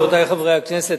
רבותי חברי הכנסת,